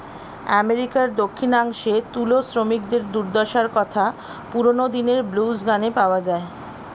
আমেরিকার দক্ষিণাংশে তুলো শ্রমিকদের দুর্দশার কথা পুরোনো দিনের ব্লুজ গানে পাওয়া যায়